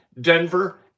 Denver